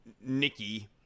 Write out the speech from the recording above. Nikki